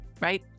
right